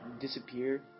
Disappear